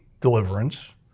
deliverance